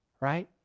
right